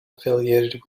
affiliated